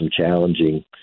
challenging